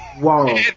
Whoa